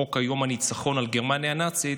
חוק יום הניצחון על גרמניה הנאצית,